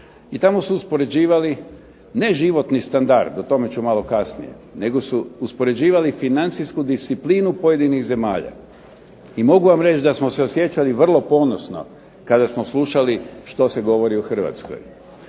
I tamo su uspoređivali ne životni standard o tome ću malo kasnije, nego su uspoređivali financijsku disciplinu pojedinih zemalja. I mogu vam reći da smo se osjećali vrlo ponosno kada smo slušali što se govori o HRvatskoj.